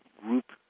group